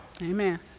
Amen